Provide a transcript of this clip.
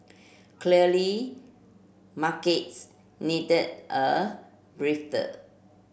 clearly markets needed a breather